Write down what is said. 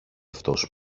αυτός